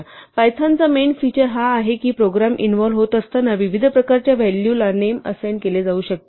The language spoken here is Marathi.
तर पायथॉन चा मेन फिचर हा आहे की प्रोग्राम इव्हॉल्व्ह होत असताना विविध प्रकारच्या व्हॅलू ना नेम असाइन केले जाऊ शकते